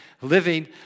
living